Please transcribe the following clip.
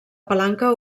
palanca